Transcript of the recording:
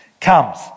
comes